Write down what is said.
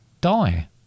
die